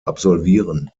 absolvieren